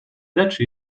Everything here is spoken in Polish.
leczy